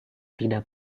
tidak